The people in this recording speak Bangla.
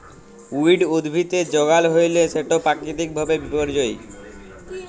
উইড উদ্ভিদের যগাল হ্যইলে সেট পাকিতিক ভাবে বিপর্যয়ী